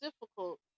difficult